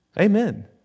Amen